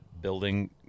building